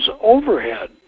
overhead